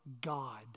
God